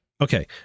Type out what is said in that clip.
Okay